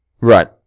Right